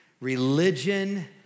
religion